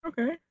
Okay